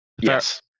yes